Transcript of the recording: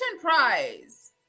prize